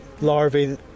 larvae